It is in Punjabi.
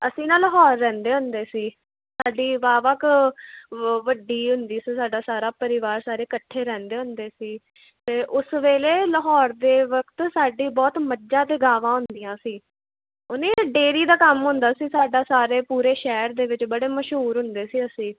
ਅਸੀਂ ਨਾ ਲਾਹੌਰ ਰਹਿੰਦੇ ਹੁੰਦੇ ਸੀ ਸਾਡੀ ਵਾਹ ਵਾਹ ਤੋਂ ਵੱਡੀ ਹੁੰਦੀ ਸੀ ਸਾਡਾ ਸਾਰਾ ਪਰਿਵਾਰ ਸਾਰੇ ਇਕੱਠੇ ਰਹਿੰਦੇ ਹੁੰਦੇ ਸੀ ਅਤੇ ਉਸ ਵੇਲੇ ਲਾਹੌਰ ਦੇ ਵਕਤ ਸਾਡੇ ਬਹੁਤ ਮੱਝਾਂ ਅਤੇ ਗਾਵਾਂ ਹੁੰਦੀਆਂ ਸੀ ਉਹਨੇ ਡੇਰੀ ਦਾ ਕੰਮ ਹੁੰਦਾ ਸੀ ਸਾਡਾ ਸਾਰੇ ਪੂਰੇ ਸ਼ਹਿਰ ਦੇ ਵਿੱਚ ਬੜੇ ਮਸ਼ਹੂਰ ਹੁੰਦੇ ਸੀ ਅਸੀਂ